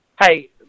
Hey